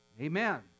Amen